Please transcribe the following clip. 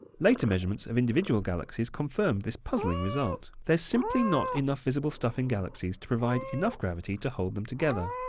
later measurements of individual galaxies confirmed this puzzling result. there's simply not enough visible stuff in galaxies to provide enough gravity to hold them together.